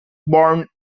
born